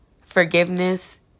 forgiveness